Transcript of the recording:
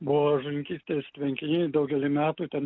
buvo žuvininkystės tvenkiniai daugelį metų ten